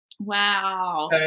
Wow